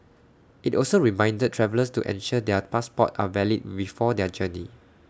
IT also reminded travellers to ensure their passports are valid before their journey